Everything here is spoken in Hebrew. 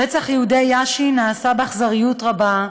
רצח יהודי יאשי נעשה באכזריות רבה,